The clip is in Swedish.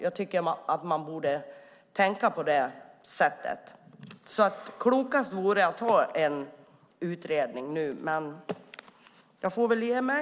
Jag tycker att man borde tänka på det. Klokast vore att göra en utredning nu, men som det ser ut får jag väl ge mig.